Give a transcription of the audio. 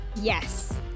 Yes